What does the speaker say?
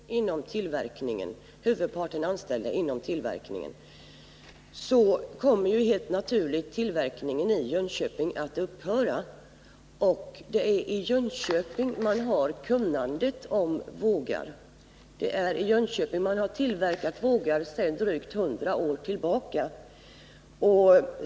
Herr talman! Om det nu är så att man har varslat 87 personer, dvs. huvudparten anställda inom tillverkningen, kommer helt naturligt tillverkningen i Jönköping att upphöra. Det är i Jönköping man har kunnandet om vågar. Det är i Jönköping man tillverkar vågar sedan drygt hundra år tillbaka.